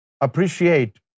Appreciate